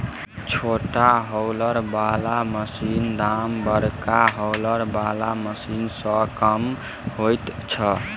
छोट हौलर बला मशीनक दाम बड़का हौलर बला मशीन सॅ कम होइत छै